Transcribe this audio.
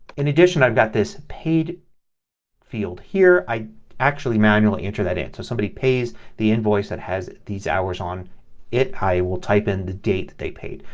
in addition i've got this paid field here. i actually manually entered that in. so somebody pays the invoice that has these hours on it. i will type in the date they paid.